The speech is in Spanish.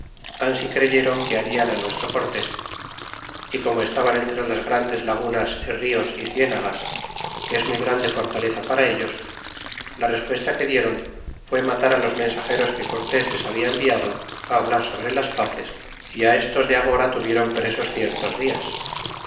ansi creyeron que harían nuestro cortés y como estaban entre grandes lagunas y rios y cienagas que es muy grande fortaleza para ellos la respuesta que diéron fué matará los mensageros que cortés les habia enviado hablar sobre las paces y estos de agora tuvieron presos ciertos dias